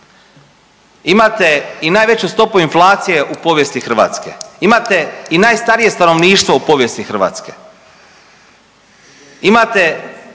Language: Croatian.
imate i najveću stopu inflacije u povijesti Hrvatske, imate i najstarije stanovništvo u povijesti Hrvatske,